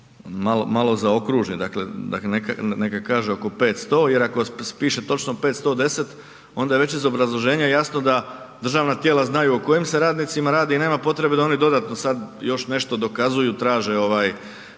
malo zaokružen, dakle neka kaže oko 500 jer ako piše točno 510 onda je već iz obrazloženja jasno da državna tijela znaju o kojim s radnicima radi i nema potrebe da oni dodatno sada još nešto dokazuju, traže itd.